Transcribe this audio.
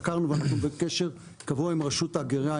חקרנו ואנחנו בקשר קבוע עם רשות ההגירה,